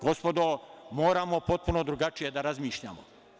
Gospodo, moramo potpuno drugačije da razmišljamo.